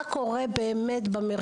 מה קורה במרכזים?